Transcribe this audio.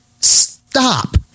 Stop